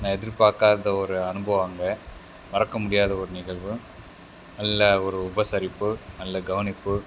நான் எதிர்பார்க்காத ஒரு அனுபவம் அங்கே மறக்க முடியாத ஒரு நிகழ்வு நல்ல ஒரு உபசரிப்பு நல்ல கவனிப்பு